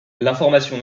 l’information